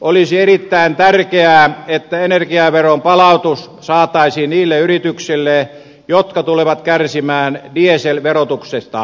olisi erittäin tärkeää että energiaveron palautus saataisiin niille yrityksille jotka tulevat kärsimään dieselverotuksesta